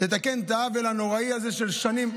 לתקן את העוול הנוראי הזה של שנים,